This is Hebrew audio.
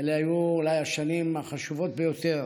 היו אולי השנים החשובות ביותר